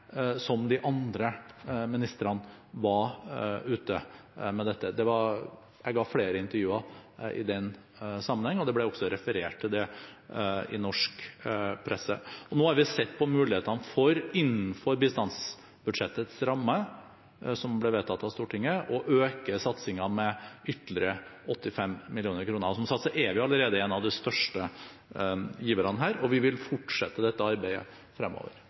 som de andre ministrene var ute med dette. Jeg ga flere intervjuer i den sammenheng, og det ble også referert til det i norsk presse. Nå har vi innenfor bistandsbudsjettets ramme, som ble vedtatt av Stortinget, sett på mulighetene for å øke satsingen med ytterligere 85 mill. kr. Som sagt er vi allerede en av de største giverne her, og vi vil fortsette dette arbeidet fremover.